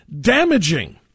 damaging